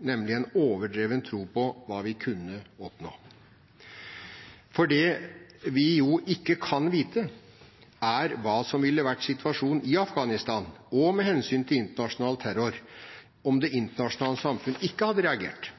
nemlig en overdreven tro på hva vi kunne oppnå. For det vi jo ikke kan vite, er hva som ville vært situasjonen i Afghanistan – også med hensyn til internasjonal terror – om det internasjonale samfunn ikke hadde reagert.